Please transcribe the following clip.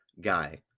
guy